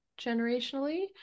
generationally